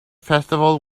festival